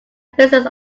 visits